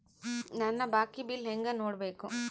ನನ್ನ ಬಾಕಿ ಬಿಲ್ ಹೆಂಗ ನೋಡ್ಬೇಕು?